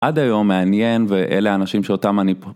עד היום מעניין ואלה האנשים שאותם אני פה.